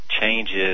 changes